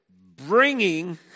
bringing